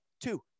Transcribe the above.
Two